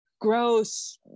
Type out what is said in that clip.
Gross